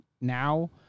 now